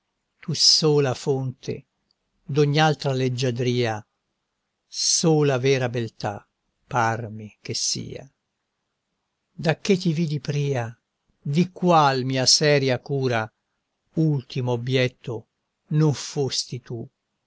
tu sola fonte d'ogni altra leggiadria sola vera beltà parmi che sia da che ti vidi pria di qual mia seria cura ultimo obbietto non fosti tu